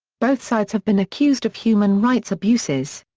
both sides have been accused of human rights abuses.